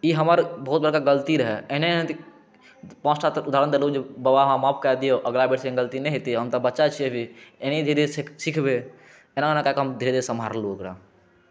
ई हमर बहुत बड़का गलती रहै एहने एहने पाँचटाक उदाहरण देलहुँ जे बाबा हमरा माफ़ कऽ दिअ अगला बेरसँ एहन गलती नहि होयत हम तऽ बच्चा छिय अभी एनहिय धीरे धीरे सीखबै ऐना ऐना कऽ कऽ हम धीरे धीरे सम्हारलहुँ ओकरा